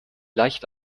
leicht